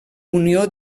unió